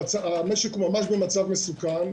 המשק ממש במצב מסוכן.